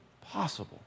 possible